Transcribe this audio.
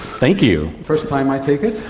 thank you. first time i take it?